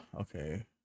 okay